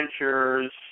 adventures